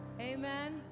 Amen